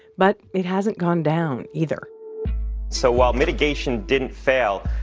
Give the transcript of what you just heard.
but it hasn't gone down either so while mitigation didn't fail,